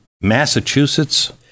Massachusetts